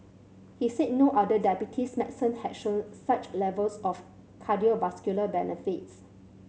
he said no other diabetes medicine had shown such levels of cardiovascular benefits